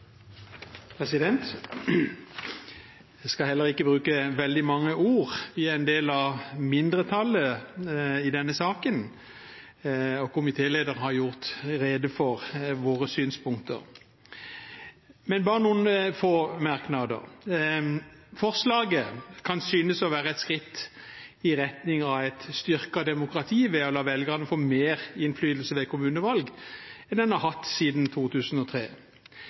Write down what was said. en del av mindretallet i denne saken, og komitélederen har gjort rede for våre synspunkter – men bare komme med noen få merknader. Forslaget kan synes å være et skritt i retning av et styrket demokrati ved å la velgerne få mer innflytelse ved kommunevalg enn en har hatt siden 2003.